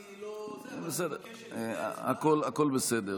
אני לא --- אבל אני מבקש שלפני הצבעה --- הכול בסדר,